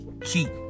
cheat